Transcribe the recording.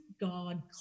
God